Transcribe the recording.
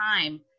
time